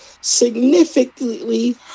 significantly